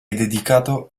dedicato